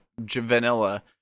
Vanilla